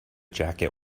jacket